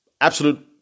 absolute